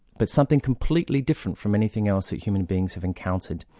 but something completely different from anything else that human beings have encountered.